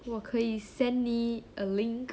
我可以 sent 你 a link